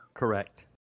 Correct